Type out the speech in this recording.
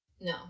No